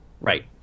Right